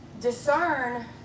discern